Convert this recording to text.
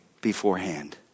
beforehand